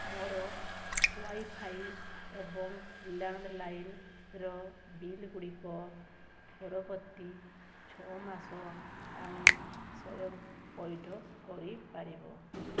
ମୋର ୱାଇଫାଇ ଏବଂ ଲ୍ୟାଣ୍ଡ୍ଲାଇନ୍ର ବିଲ୍ଗୁଡ଼ିକ ପରବର୍ତ୍ତୀ ଛଅ ମାସ ପାଇଁ ସ୍ଵୟଂ ପଇଠ କରିପାରିବ